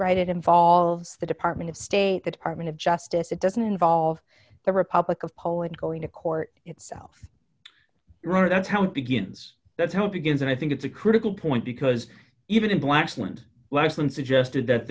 right it involves the department of state the department of justice it doesn't involve the republic of poland going to court itself right that's how it begins that's hope against i think it's a critical point because even in blaxland less than suggested that